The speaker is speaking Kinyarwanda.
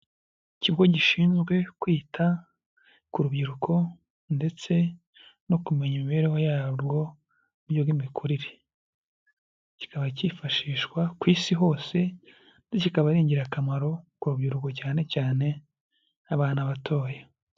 Ikigo gishinzwe kwita ku rubyiruko ndetse no kumenya imibereho yarwo mu buryo bw'imikurire, kikaba cyifashishwa ku isi hose ndetse kikaba ari ingirakamaro ku rubyiruko cyane cyane n'abana batoya.